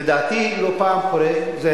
לדעתי, לא פעם קורה, וזו